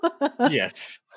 Yes